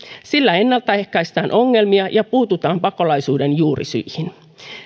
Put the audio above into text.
sillä ennaltaehkäistään ongelmia ja puututaan pakolaisuuden juurisyihin